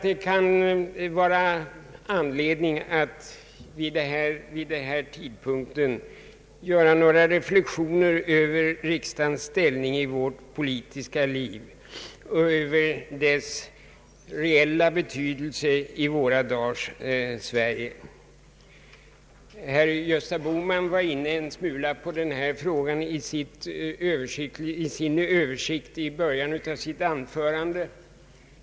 Det kan finnas anledning att nu göra några reflexioner över riksdagens ställning i vårt politiska liv och över dess reella betydelse i våra dagars Sverige. Herr Gösta Bohman berörde denna fråga något i en översikt i början av sitt anförande.